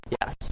yes